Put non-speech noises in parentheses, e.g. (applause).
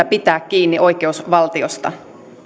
(unintelligible) pitää kiinni oikeusvaltiosta